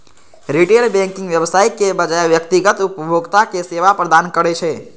retail banking व्यवसायक बजाय व्यक्तिगत उपभोक्ता कें सेवा प्रदान करै छै